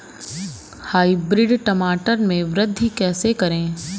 Hybrid टमाटर में वृद्धि कैसे करें?